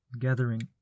gathering